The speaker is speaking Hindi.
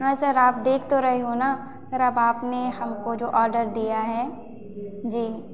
हाँ सर आप देख तो रहे हो ना सर आपने जो हमको आर्डर जो दिया है जी